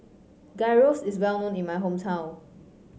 gyro is well known in my hometown